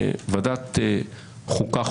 ועדת חוקה,